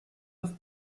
auf